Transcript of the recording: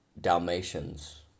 Dalmatians